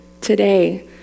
today